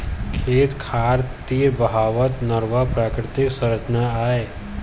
खेत खार तीर बहावत नरूवा प्राकृतिक संरचना आय